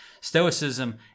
Stoicism